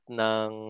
ng